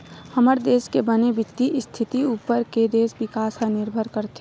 हमर देस के बने बित्तीय इस्थिति उप्पर देस के बिकास ह निरभर करथे